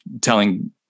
telling